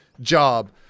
job